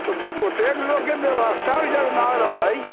तऽ ओतेक लोकके बेबस्था जब नहि रहै